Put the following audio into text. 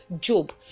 Job